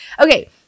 Okay